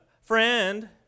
friend